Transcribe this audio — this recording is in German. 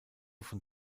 von